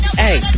hey